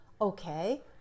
okay